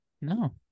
no